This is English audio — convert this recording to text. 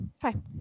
Fine